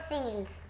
Seals